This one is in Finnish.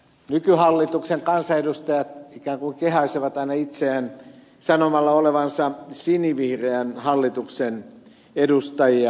nykyhallituksen kansanedustajat ikään kuin kehaisevat aina itseään sanomalla olevansa sinivihreän hallituksen edustajia